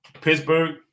Pittsburgh